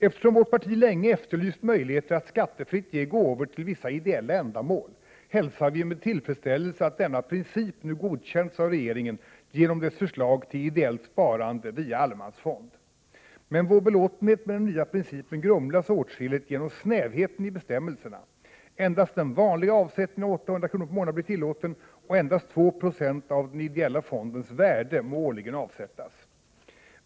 Eftersom vårt parti länge efterlyst möjligheter att skattefritt ge gåvor till vissa ideella ändamål, hälsar vi med tillfredsställelse att denna princip nu godkänts av regeringen genom dess förslag till ideellt sparande via allemansfond. Men vår belåtenhet med den nya principen grumlas åtskilligt genom snävheten i bestämmelserna: endast den ”vanliga” avsättningen om 800 kr. per månad blir tillåten, och endast 2 96 av den ideella fondens värde må årligen avsättas!